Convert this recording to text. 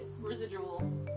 residual